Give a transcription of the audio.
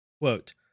Quote